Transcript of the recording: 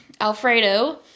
Alfredo